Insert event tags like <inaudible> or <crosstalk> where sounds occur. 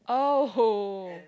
oh <laughs>